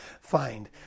find